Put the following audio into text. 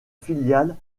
filiale